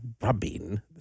rubbing